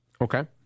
Okay